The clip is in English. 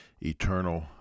eternal